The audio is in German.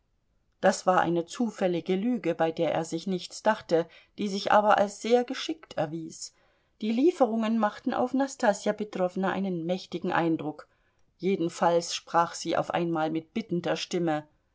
das war eine zufällige lüge bei der er sich nichts dachte die sich aber als sehr geschickt erwies die lieferungen machten auf nastassja petrowna einen mächtigen eindruck jedenfalls sprach sie auf einmal mit bittender stimme